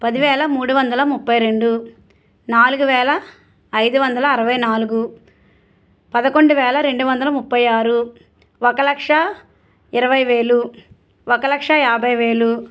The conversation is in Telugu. పదివేల మూడువందల ముప్పై రెండు నాలుగు వేల ఐదు వందల అరవై నాలుగు పదకొండు వేల రెండు వందల ముప్పై ఆరు ఒక లక్ష ఇరవై వేలు ఒక లక్ష యాభై వేలు